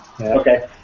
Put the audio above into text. Okay